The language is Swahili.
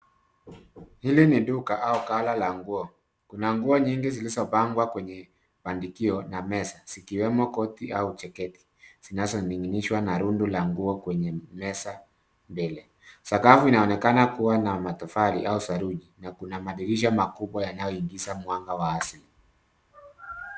Hili ni duka au gala na nguo. Kuna nguo nyingi zilizopangwa kwenye bandikio na meza zikiwemo koti au jaketi zinazoning'inishwa na rundo la nguo kwenye meza mbele. Sakafu inaonekana kuwa na matofali au saruji. Na kuna madirisha makubwa yanayoingiza mwanga wa asili.